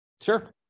Sure